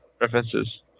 references